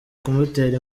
kumutera